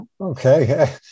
Okay